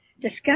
discuss